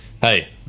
hey